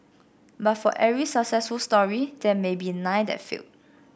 but for every successful story there may be nine that failed